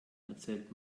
erzählt